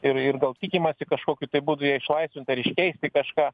ir ir gal tikimasi kažkokiu tai būdu ją išlaisvint iškeist į kažką